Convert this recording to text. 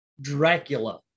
dracula